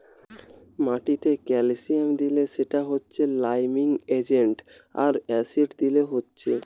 মাটিতে ক্যালসিয়াম দিলে সেটা হচ্ছে লাইমিং এজেন্ট আর অ্যাসিড দিলে হচ্ছে